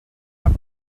have